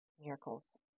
miracles